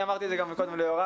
אמרתי את זה גם קודם ליוראי.